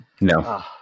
No